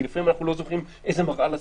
כי לפעמים אנחנו לא זוכרים איזו מראה לשים,